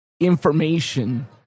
information